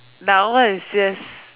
now it's just